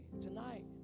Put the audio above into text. tonight